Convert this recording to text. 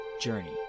Journey